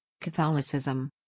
Catholicism